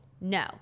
No